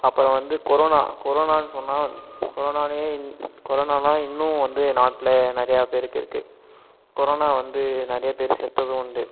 அப்புறம் வந்து கொரோனா கொரோனான்னு சொன்னால் கொரோனாலேயே கொரோனாலாம் இன்னும் வந்து நாட்டில் நிறையா பேருக்கு இருக்குதி கொரோனா வந்து நிறைய பேரும் செத்ததும் உண்டு